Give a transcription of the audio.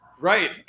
right